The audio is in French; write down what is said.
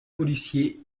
policier